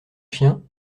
chien